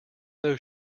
those